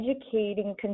educating